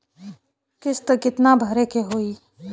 किस्त कितना भरे के होइ?